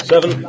Seven